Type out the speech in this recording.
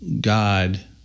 God